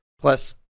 plus